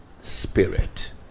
spirit